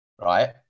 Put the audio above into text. right